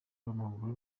w’amaguru